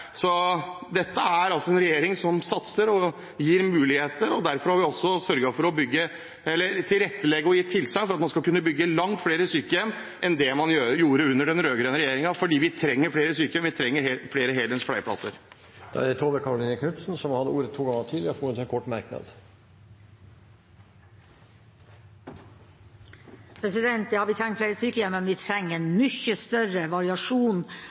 satser og gir muligheter, derfor har vi også sørget for å tilrettelegge og gi tilsagn for at man skal kunne bygge langt flere sykehjem enn det man gjorde under den rød-grønne regjeringen – for vi trenger flere sykehjem, og vi trenger flere heldøgns pleieplasser. Representanten Tove Karoline Knutsen har hatt ordet to ganger tidligere og får ordet til en kort merknad, begrenset til 1 minutt. Ja, vi trenger flere sykehjem, men vi trenger en mye større variasjon